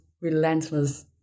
relentless